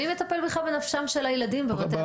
מי מטפל בכלל בנפשם של הילדים בבתי הספר?